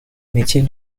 métier